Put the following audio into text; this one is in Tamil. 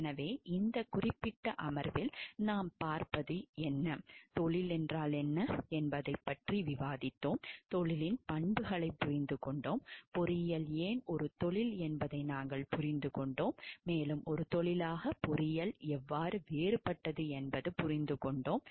எனவே இந்த குறிப்பிட்ட அமர்வில் நாம் பார்ப்பது என்ன தொழில் என்றால் என்ன என்பதைப் பற்றி விவாதித்தோம் தொழிலின் பண்புகளைப் புரிந்துகொண்டோம் பொறியியல் ஏன் ஒரு தொழில் என்பதை நாங்கள் புரிந்துகொண்டோம் மேலும் ஒரு தொழிலாக பொறியியல் எவ்வாறு வேறுபட்டது என்பதைப் புரிந்துகொண்டோம்